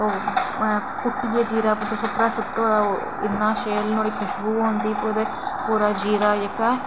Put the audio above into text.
कुट्टियै जीरा बिंद हारा सुट्टो इन्नी शैल ओह्दी खुशबू होंदी इन्ना जीरा जेह्का